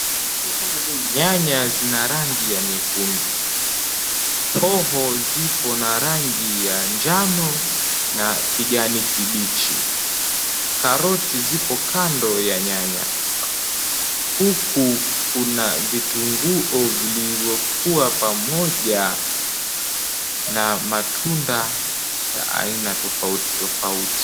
Nyanya zina rangi ya nyekundu. Hoho zipo na rangi ya njano na kijani kibichi. Karoti zipo kando ya nyanya. Huku kuna vitunguu vilivyokuwa pamoja na matunda ya aina tofauti tofauti.